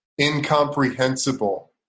incomprehensible